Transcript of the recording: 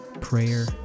prayer